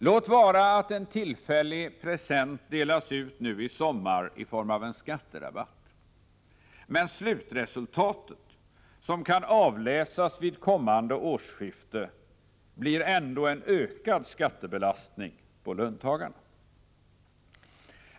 Låt vara att en tillfällig present delas ut nu i sommar i form av en skatterabatt — det slutresultat som kan avläsas vid kommande årsskifte blir ändå en ökad skattebelastning på löntagarna.